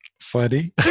Funny